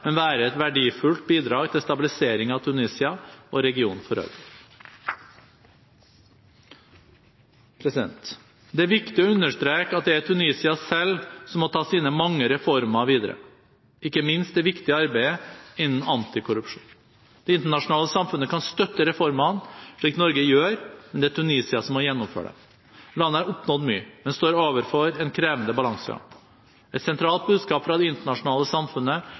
men være et verdifullt bidrag til stabilisering av Tunisia og regionen for øvrig. Det er viktig å understreke at det er Tunisia selv som må ta sine mange reformer videre, ikke minst det viktige arbeidet innen antikorrupsjon. Det internasjonale samfunnet kan støtte reformene – slik Norge gjør – men det er Tunisia som må gjennomføre dem. Landet har oppnådd mye, men står overfor en krevende balansegang. Et sentralt budskap fra det internasjonale samfunnet